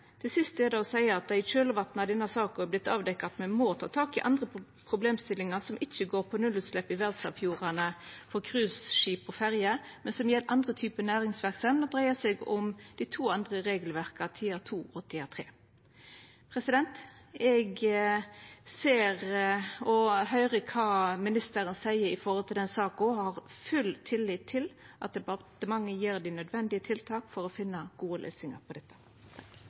seia, er at det i kjølvatnet av denne saka har vorte avdekt at me må ta tak i problemstillingar som ikkje går på nullutslepp i verdsarvfjordane frå cruiseskip og ferjer, men som gjeld andre typar næringsverksemd og dreier seg om dei to andre regelverka, Tier II og Tier III. Eg ser og høyrer kva ministeren seier i denne saka, og har full tillit til at departementet set inn dei nødvendige tiltaka for å finna gode løysingar på dette.